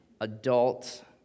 adult